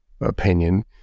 opinion